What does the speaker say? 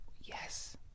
Yes